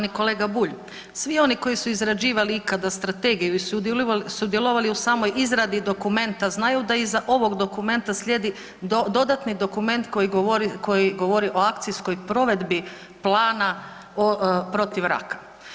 Poštovani kolega Bulj, svi oni koji su izrađivali ikada strategiju i sudjelovali u samoj izradi dokumenta znaju da iza ovog dokumenta slijedi dodatni dokument koji govori o akcijskoj provedbi plana protiv raka.